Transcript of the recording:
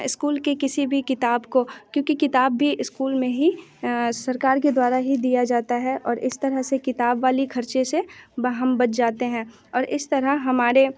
school की किसी भी किताब को क्योंकि किताब भी इस्कूल में ही सरकार के द्वारा ही दिया जाता है और इस तरह से किताब वाले ख़र्चे से ब हम बच जाते हैं और इस तरह हमारे